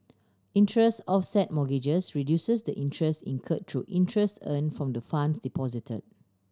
interest offset mortgages reduces the interest incurred through interest earned from the funds deposited